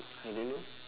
I don't know